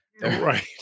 right